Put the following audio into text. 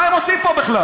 מה הם עושים פה בכלל?